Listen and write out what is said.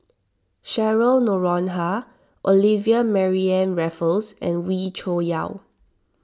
Cheryl Noronha Olivia Mariamne Raffles and Wee Cho Yaw